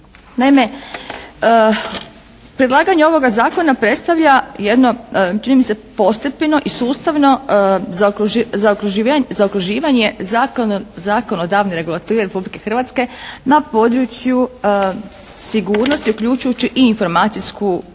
Naime, predlaganje ovoga Zakona predstavlja jedno čini mi se postepeno i sustavno zaokruživanje zakonodavne regulative Republike Hrvatske na području sigurnosti uključujući i informacijsku